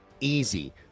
easy